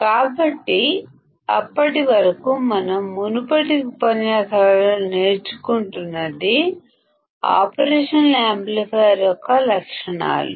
కాబట్టి అప్పటి వరకు మనం మునుపటి ఉపన్యాసాలలో ఆపరేషనల్ యాంప్లిఫైయర్ యొక్క లక్షణాలు నేర్చుకున్నాము